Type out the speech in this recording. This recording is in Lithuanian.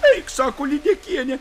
eik sako lydekienė